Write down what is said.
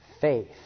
Faith